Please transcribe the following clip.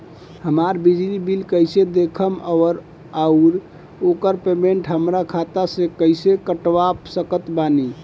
हमार बिजली बिल कईसे देखेमऔर आउर ओकर पेमेंट हमरा खाता से कईसे कटवा सकत बानी?